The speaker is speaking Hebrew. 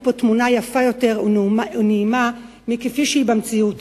תמונה יפה יותר או נעימה יותר מכפי שהיא במציאות.